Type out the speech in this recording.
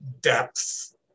depth